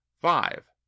five